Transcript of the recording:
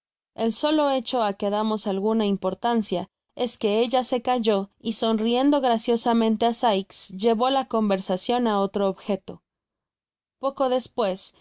el solo hecho á que damos algu na importancia es que ella se calló y sonriendo graciosamente á sikes llevó la conversacion á otro objeto poco despues